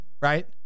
Right